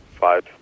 five